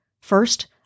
First